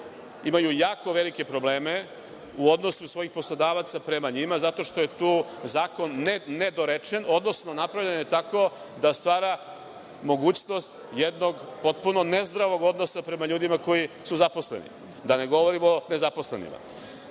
imaju jako velike probleme u odnosu svojih poslodavaca prema njima, zato što je tu zakon nedorečen, odnosno napravljen je tako da stvara mogućnost jednog potpuno nezdravog odnosa prema ljudima koji su zaposleni, a da ne govorim o nezaposlenima. Predlog